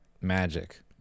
magic